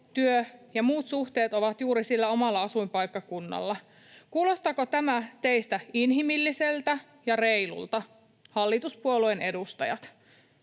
työ- ja muut suhteet, on juuri sillä omalla asuinpaikkakunnalla? Kuulostaako tämä teistä inhimilliseltä ja reilulta, hallituspuolueiden edustajat